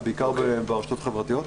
זה בעיקר ברשתות החברתיות.